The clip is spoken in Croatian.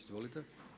Izvolite.